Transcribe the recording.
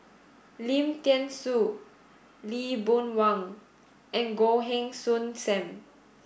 Lim Thean Soo Lee Boon Wang and Goh Heng Soon Sam